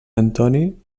antoni